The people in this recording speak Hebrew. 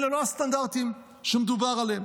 אלה לא הסטנדרטים שמדובר עליהם,